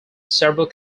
several